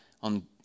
on